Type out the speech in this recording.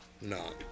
No